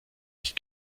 nicht